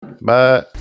Bye